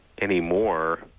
anymore